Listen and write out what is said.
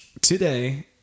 today